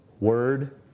Word